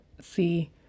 see